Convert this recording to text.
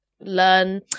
Learn